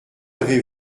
avez